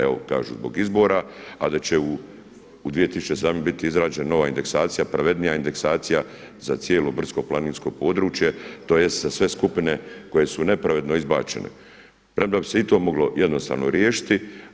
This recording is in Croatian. Evo kažu zbog izbora, a da će u 2017. biti izrađena nova indeksakcija, pravednija indeksacija za cijelo brdsko-planinsko područje, tj. za sve skupine koje su nepravedno izbačene premda bi se i to moglo jednostavno riješiti.